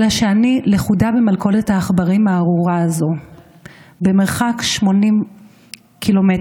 אלא שאני לכודה במלכודת העכברים הארורה הזאת במרחק 80 קילומטר.